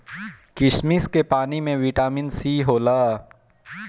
किशमिश के पानी में बिटामिन सी होला